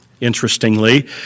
interestingly